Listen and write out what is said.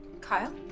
Kyle